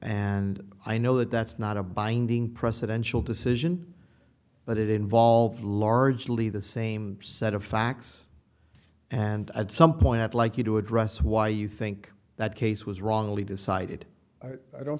and i know that that's not a binding presidential decision but it involves largely the same set of facts and at some point i'd like you to address why you think that case was wrongly decided i don't